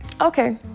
okay